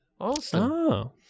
Awesome